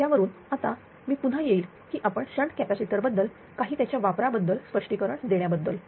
यावरून आता मी पुन्हा येईल की आपण शंट कॅपॅसिटर बद्दल काही त्याच्या वापराबद्दल स्पष्टीकरण देण्याबद्दल